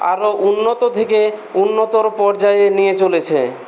আরো উন্নত থেকে উন্নতর পর্যায়ে নিয়ে চলেছে